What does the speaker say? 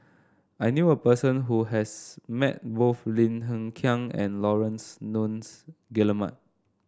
I knew a person who has met both Lim Hng Kiang and Laurence Nunns Guillemard